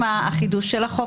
החידוש של החוק,